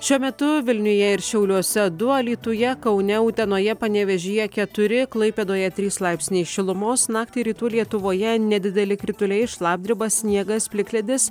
šiuo metu vilniuje ir šiauliuose du alytuje kaune utenoje panevėžyje keturi klaipėdoje trys laipsniai šilumos naktį rytų lietuvoje nedideli krituliai šlapdriba sniegas plikledis